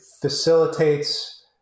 facilitates